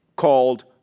Called